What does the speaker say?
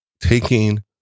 taking